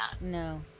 No